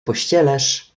pościelesz